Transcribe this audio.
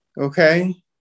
okay